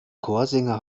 chorsänger